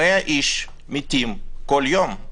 100 מתים כל יום.